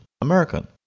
American